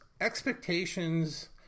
expectations